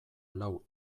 lau